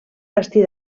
bastir